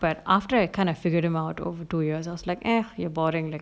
but after I kind of figured him out over two years I was like eh you're boring like